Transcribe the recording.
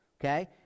okay